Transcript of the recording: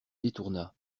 détourna